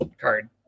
card